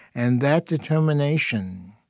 and that determination